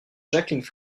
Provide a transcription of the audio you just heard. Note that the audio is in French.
jacqueline